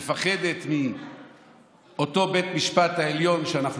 מפחדת מאותו בית משפט עליון שאנחנו